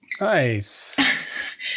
Nice